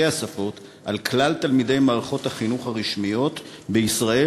השפות על כלל תלמידי מערכות החינוך הרשמיות בישראל,